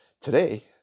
Today